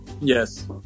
yes